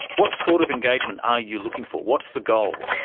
what sort of engagement are you looking for? what's the goal?